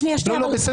שנייה, אורית.